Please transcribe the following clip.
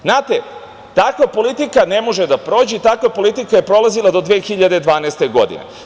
Znate, takva politika ne može da prođe i takva politika je prolazila do 2012. godine.